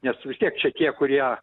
nes vis tiek čia tie kurie